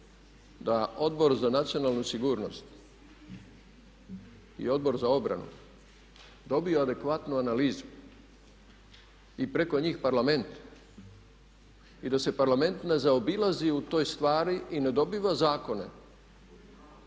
da Odbor za nacionalnu sigurnost i Odbor za obranu dobiju adekvatnu analizu i preko njih Parlament. I da se Parlament ne zaobilazi u toj stvari i ne dobiva zakone